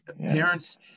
parents